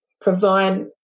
provide